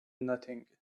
nothing